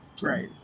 Right